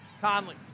Conley